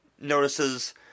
notices